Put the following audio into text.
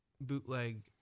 bootleg